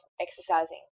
exercising